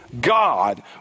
God